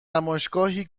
نمایشگاهی